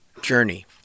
journey